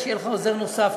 שיהיה לך עוזר נוסף,